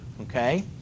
okay